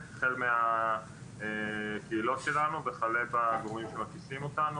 החל מהקהילות שלנו וחלה בגורמים שמקיפים אותנו,